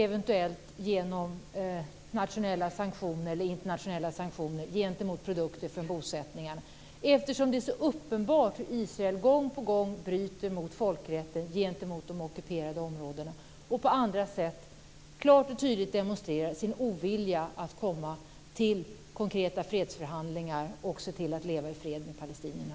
Eventuellt måste man också genomföra internationella sanktioner gentemot produkter från bosättningarna eftersom det är så uppenbart hur Israel gång på gång bryter mot folkrätten när det gäller de ockuperade områdena och hur man på andra sätt klart och tydligt demonstrerar sin ovilja att komma till konkreta fredsförhandlingar och se till att leva i fred med palestinierna.